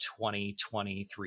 2023